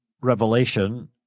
revelation